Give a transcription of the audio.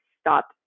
stop